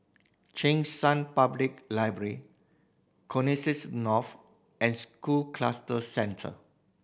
Cheng San Public Library Connexis North and School Cluster Centre